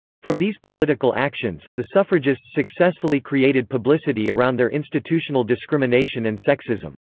from these political actions, the suffragists successfully created publicity around their institutional discrimination and sexism.